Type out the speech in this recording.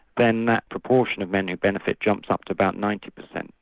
then that proportion of men who benefit jumps up to about ninety percent.